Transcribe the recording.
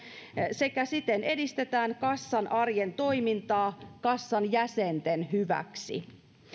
sekä siten edistetään kassan arjen toimintaa kassan jäsenten hyväksi